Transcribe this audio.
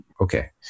Okay